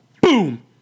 boom